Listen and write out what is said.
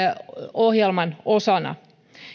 ohjelman osana